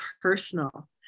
personal